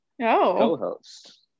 co-host